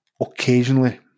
occasionally